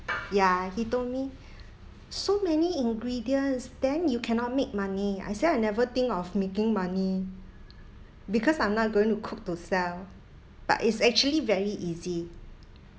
ya he told me so many ingredients then you cannot make money I said I never think of making money because I'm not going to cook to sell but it's actually very easy